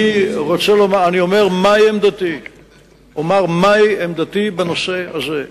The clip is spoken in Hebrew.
אני אומר מהי עמדתי בנושא הזה.